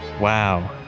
Wow